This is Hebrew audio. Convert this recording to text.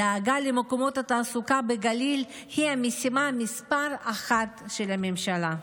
הדאגה למקומות התעסוקה בגליל היא המשימה מס' אחת של הממשלה.